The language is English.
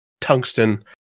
tungsten